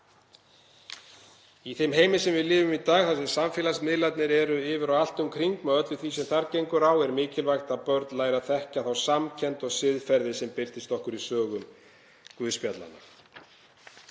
Í þeim heimi sem við lifum í dag þar sem samfélagsmiðlarnir eru yfir og allt um kring og með öllu því sem þar gengur á er mikilvægt að börn læri að þekkja þá samkennd og siðferði sem birtist okkur í sögu guðspjallanna.